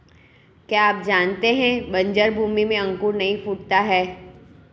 क्या आप जानते है बन्जर भूमि में अंकुर नहीं फूटता है?